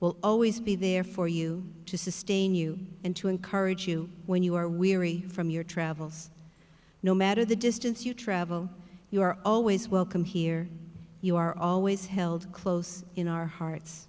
will always be there for you to sustain you and to encourage you when you are weary from your travels no matter the distance you travel you are always welcome here you are always held close in our hearts